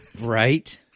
right